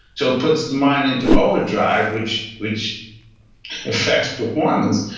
so it puts the mind into overdrive, which which affects performance.